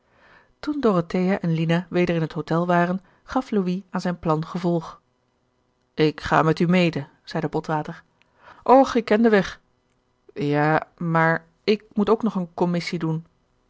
toen dorothea en lina weder in het hotel waren gaf louis aan zijn plan gevolg ik ga met u mede zeide botwater och ik ken den weg ja maar ik moet ook nog eene commissie doen